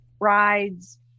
rides